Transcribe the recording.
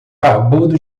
barbudo